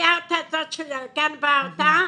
הביאה את הבת שלה, גנבה אותה